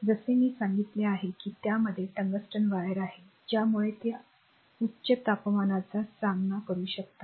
जसे मी सांगितले आहे की त्यामध्ये टंगस्टन वायर आहे ज्यामुळे ते उच्च तापमानाचा सामना करू शकतात